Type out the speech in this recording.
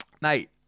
mate